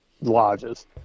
lodges